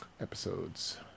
episodes